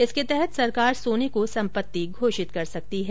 इसके तहत सरकार सोने को सम्पत्ति घोषित कर सकती है